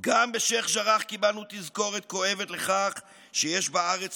גם בשיח' ג'ראח קיבלנו תזכורת כואבת לכך שיש בארץ